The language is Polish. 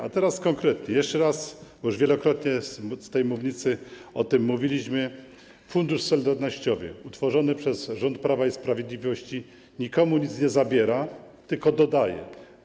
A teraz konkretnie, jeszcze raz powiem - już wielokrotnie z tej mównicy o tym mówiliśmy - że Fundusz Solidarnościowy utworzony przez rząd Prawa i Sprawiedliwości nikomu nic nie zabiera, tylko daje.